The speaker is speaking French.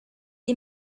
est